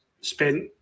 spent